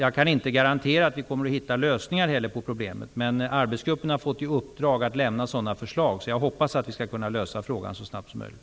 Jag kan inte garantera att vi kommer att hitta lösningar på problemet. Arbetsgruppen har fått i uppdrag att lämna sådana förslag. Jag hoppas att vi skall kunna lösa frågan så snabbt som möjligt.